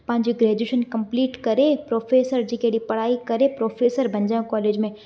पंहिंजी graduation complete करे professor जी केॾी पढ़ाई करे प्रोफेसर बणजां कॉलेज में